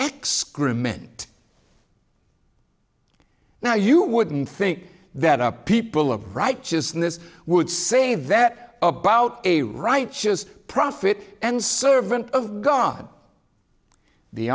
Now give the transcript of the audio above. excrement now you wouldn't think that a people of righteousness would say that about a righteous prophet and servant of god the